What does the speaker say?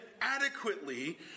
adequately